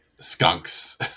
skunks